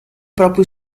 proprio